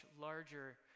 larger